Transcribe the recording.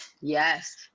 Yes